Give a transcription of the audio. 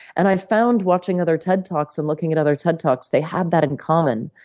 and i found, watching other ted talks and looking at other ted talks, they have that in common,